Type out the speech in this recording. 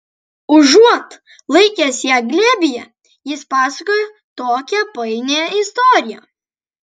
užuot laikęs ją glėbyje jis pasakojo tokią painią istoriją